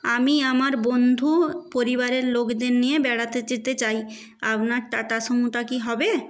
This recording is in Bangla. আমি আমার বন্ধু পরিবারের লোকদের নিয়ে বেড়াতে যেতে চাই আপনার টাটা সুমোটা কি হবে